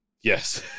yes